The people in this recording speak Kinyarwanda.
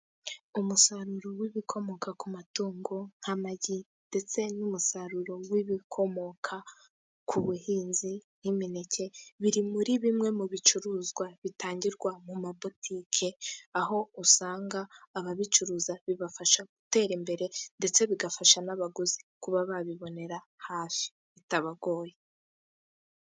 Umusaruro w'ibikomoka ku matungo nk'amagi, ndetse n'umusaruro w'ibikomoka ku buhinzi nk'mineke, biri muri bimwe mu bicuruzwa bitangirwa muri butike, aho usanga ababicuruza bibafasha gutera imbere, ndetse bigafasha n'abaguzi kuba babibona bitabagoye.